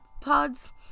pods